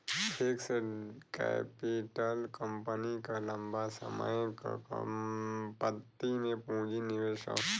fixed capital company क लंबा समय क संपत्ति में पूंजी निवेश हौ